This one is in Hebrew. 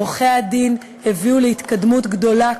עורכי-הדין הביאו להתקדמות גדולה,